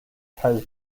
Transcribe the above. has